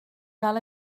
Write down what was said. cal